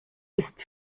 ist